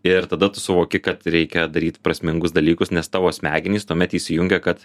ir tada tu suvoki kad reikia daryt prasmingus dalykus nes tavo smegenys tuomet įsijungia kad